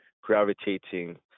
gravitating